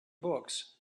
books